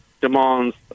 demands